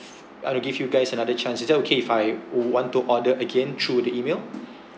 I'll give you guys another chance it's okay if I want to order again through the email